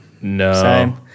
no